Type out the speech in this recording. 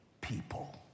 people